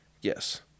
Yes